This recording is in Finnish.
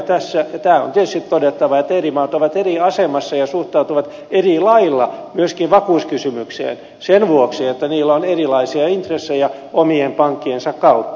tämä on tietysti todettava että eri maat ovat eri asemassa ja suhtautuvat eri lailla myöskin vakuuskysymykseen sen vuoksi että niillä on erilaisia intressejä omien pankkiensa kautta